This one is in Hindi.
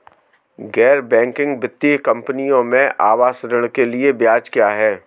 गैर बैंकिंग वित्तीय कंपनियों में आवास ऋण के लिए ब्याज क्या है?